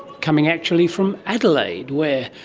coming actually from adelaide where,